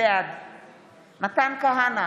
בעד מתן כהנא,